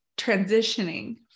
transitioning